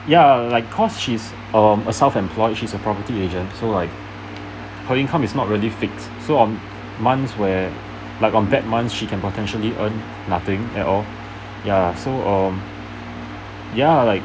ya like cause she is um a self employed she's a property agent so like her income is not really fixed so um months where like on bad month she can potentially earn nothing at all ya so um ya like